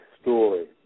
story